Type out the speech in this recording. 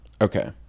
Okay